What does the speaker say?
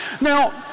now